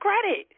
credit